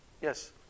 Yes